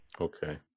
Okay